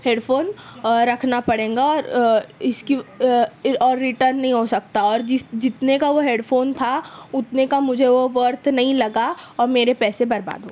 head phone رکھنا پڑے گا اور اس کی اور ریٹرن نہیں ہو سکتا اور جس جتنے کا وہ ہیڈ فون تھا اتنے کا مجھے وہ ورتھ نہیں لگا اور میرے پیسے برباد ہو گئے